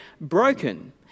broken